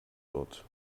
wird